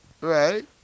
Right